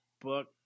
book